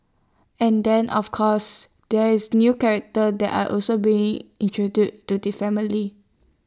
and then of course there is new characters that are also being introduced to the family